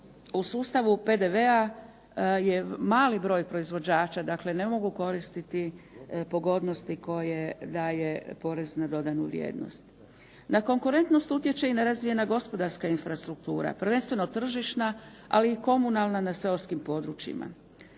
u sustavu PDV-a je mali broj proizvođača, dakle ne mogu koristiti pogodnosti koje daje porez na dodanu vrijednost. Na konkurentnost utječe i nerazvijena gospodarska infrastruktura, prvenstveno tržišna ali i komunalna na seoskim područjima.